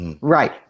right